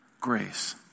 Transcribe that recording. grace